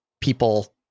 people